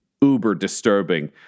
uber-disturbing